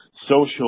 social